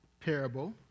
parable